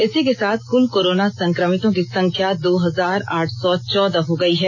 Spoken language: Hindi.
इसी के साथ कुल कोरोना संक्रमितों की संख्या दो हजार आठ सौ चौदह हो गई है